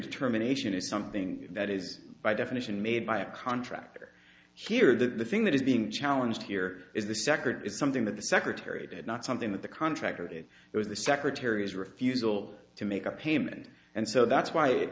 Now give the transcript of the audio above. determination is something that is by definition made by a contractor here that the thing that is being challenged here is the sekret is something that the secretary did not something that the contractor it was the secretary's refusal to make a payment and so that's why it